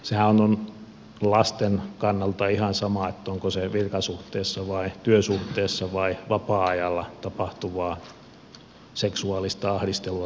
sehän on lasten kannalta ihan sama onko se virkasuhteessa vai työsuhteessa vai vapaa ajalla tapahtuvaa seksuaalista ahdistelua tai hyväksikäyttöä